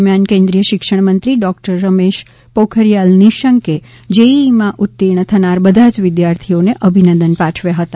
દરમિયાન કેન્દ્રીય શિક્ષણ મંત્રી ડોકટર રમેશ પોખરીયાલ નિશંકે જેઇઇમાં ઉતીર્ણ થનાર બધા જ વિદ્યાર્થીઓને અભિનંદન પાઠવ્યા હતા